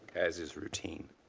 as is routine.